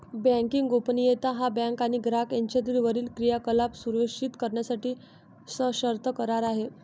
banking गोपनीयता हा bank आणि ग्राहक यांच्यातील वरील क्रियाकलाप सुरक्षित करण्यासाठी सशर्त करार आहे